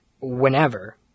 whenever